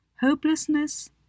Hopelessness